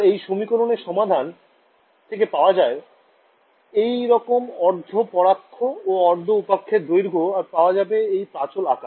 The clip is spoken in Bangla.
আর এই সমীকরণের সমাধান থেকে পাওয়া যাবে এই রকম অর্ধ পরাক্ষ ও অর্ধ উপাক্ষের দৈর্ঘ্য আর পাওয়া যাবে এই প্রাচল আকার